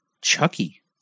Chucky